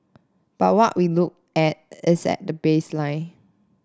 but what we look at is the baseline